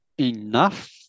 enough